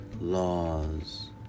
laws